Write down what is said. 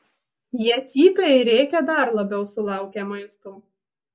jie cypia ir rėkia dar labiau sulaukę maisto